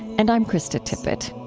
and i'm krista tippett